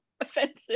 offensive